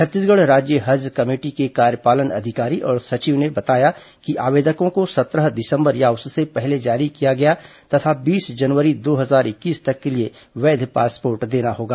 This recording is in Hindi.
छत्तीसगढ़ राज्य हज कमेटी के कार्यपालन अधिकारी और सचिव ने बताया कि आवेदकों को सत्रह दिसंबर या उससे पहले जारी किया गया तथा बीस जनवरी दो हजार इक्कीस तक के लिए वैध पासपोर्ट देना होगा